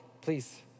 please